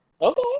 Okay